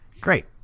great